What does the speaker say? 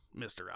Mr